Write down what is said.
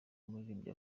umuririmbyi